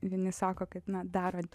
vieni sako kad na darant